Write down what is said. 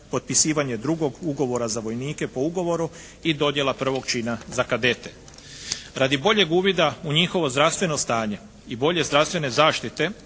potpisivanje drugog ugovora za vojnike po ugovoru i dodjela prvog čina za kadete. Radi boljeg uvida u njihovo zdravstveno stanje i bolje zdravstvene zaštite